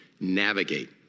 navigate